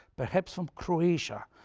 perhaps, from croatia,